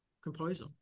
composer